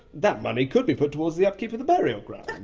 that money could be put towards the upkeep of the burial grounds.